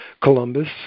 Columbus